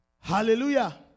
Hallelujah